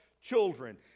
children